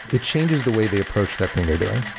it changes the way they approach that thing they're doing.